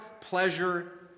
pleasure